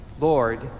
Lord